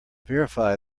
verify